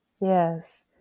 Yes